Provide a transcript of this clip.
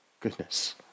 goodness